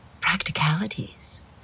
Practicalities